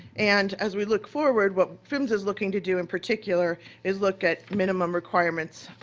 and as we look forward, what phmsa is looking to do in particular is look at minimum requirements,